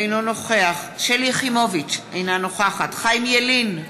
אינו נוכח שלי יחימוביץ, אינה נוכחת חיים ילין,